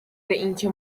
اینکه